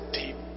deep